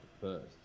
first